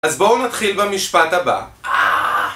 אז בואו נתחיל במשפט הבא.